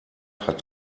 hat